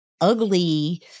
ugly